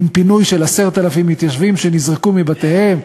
עם פינוי של 10,000 מתיישבים שנזרקו מבתיהם?